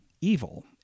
evil